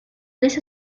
tres